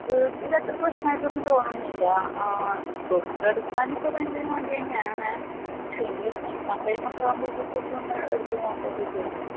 വീട്ടിൽ അത്ര പ്രശ്നമായിട്ട് ഒന്നും തോന്നുന്നില്ല ആ ബുക്ക് എടുക്കാൻ ഒക്കെ ഭയങ്കര മടി തന്നെയാണ് പക്ഷേ എങ്കിലും എക്സാം ടൈം ഒക്കെ ആവുമ്പോൾ ബുക്ക് ഒക്കെ ഒന്ന് എടുത്ത് നോക്കുക ഒക്കെ ചെയ്യും